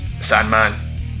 Sandman